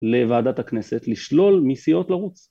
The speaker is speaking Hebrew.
‫לוועדת הכנסת לשלול מסיעות לרוץ.